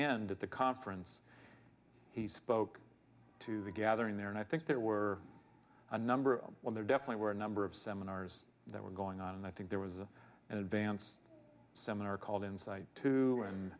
end at the conference he spoke to the gathering there and i think there were a number of well there definitely were a number of seminars that were going on and i think there was an advanced seminar called insight two and